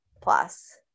plus